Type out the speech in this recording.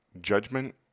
Judgment